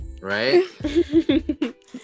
Right